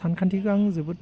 सानखान्थिखौ आं जोबोद